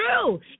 true